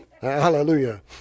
hallelujah